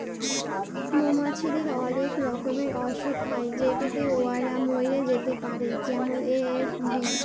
মমাছিদের অলেক রকমের অসুখ হ্যয় যেটতে উয়ারা ম্যইরে যাতে পারে যেমল এ.এফ.বি